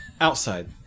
outside